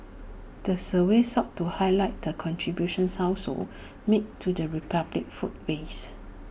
the survey sought to highlight the contribution households make to the republic's food waste